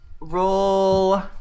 roll